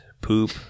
poop